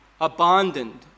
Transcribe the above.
abandoned